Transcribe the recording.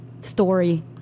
story